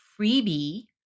freebie